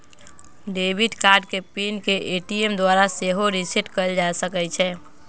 debit card के PIN के ATM द्वारा सेहो रीसेट कएल जा सकै छइ